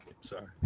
Sorry